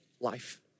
life